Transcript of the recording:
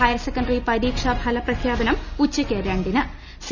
higher secondary പ്രീക്ഷാ ഫലപ്രഖ്യാപനം ഉച്ചയ്ക്ക് രണ്ടിന്റ് സി